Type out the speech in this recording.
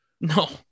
No